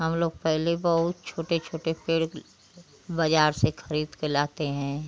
हम लोग पहले बहुत छोटे छोटे पेड़ बाज़ार से खरीद कर लाते हैं